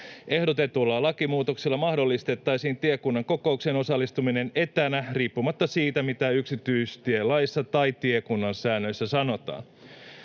Ehdotetulla lakimuutoksella mahdollistettaisiin tiekunnan kokoukseen osallistuminen etänä riippumatta siitä, mitä yksityistielaissa tai tiekunnan säännöissä sanotaan.